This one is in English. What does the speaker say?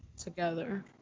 Together